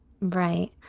right